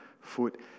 foot